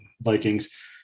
vikings